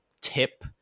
tip